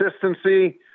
consistency